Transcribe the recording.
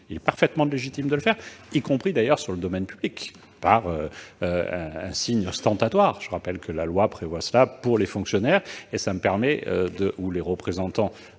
Il est parfaitement légitime de le faire, y compris d'ailleurs sur le domaine public par un signe ostentatoire. Je rappelle que la loi le prévoit pour les fonctionnaires ou les représentants